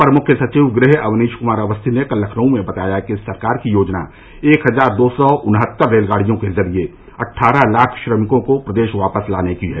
अपर मुख्य सचिव गृह अवनीश कुमार अवस्थी ने कल लखनऊ में बताया कि सरकार की योजना एक हजार दो सौ उन्हत्तर रेलगाड़ियों के जरिए अट्ठारह लाख श्रमिकों को प्रदेश वापस लाने की है